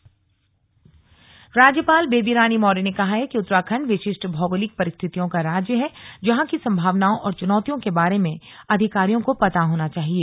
राज्यपाल आईएएस अफसर राज्यपाल बेबी रानी मौर्य ने कहा है कि उत्तराखण्ड विशिष्ट भौगोलिक परिस्थितियों का राज्य है जहां की संभावनाओं और चुनौतियों के बारे में अधिकारियों को पता होना चाहिए